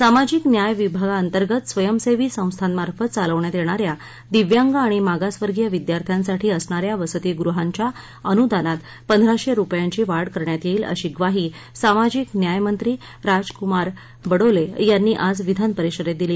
सामाजिक न्याय विभागाअंतर्गत स्वयंसेवी संस्थांमार्फत चालवण्यात येणाऱ्या दिव्यांग आणि मागासवर्गीय विद्यार्थ्यांसाठी असणाऱ्या वसातीगृहांच्या अनुदानात पंधराशे रुपयांची वाढ करण्यात येईल अशी ग्वाही सामाजिक न्याय मंत्री राजकुमार बडोले यांनी आज विधानपरिषदेत दिली